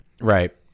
Right